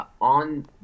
on